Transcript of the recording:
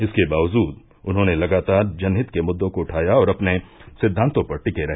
इसके बावजूद उन्होंने लगातार जनहित के मुद्दों को उठाया और अपने सिद्वांतों पर टिके रहे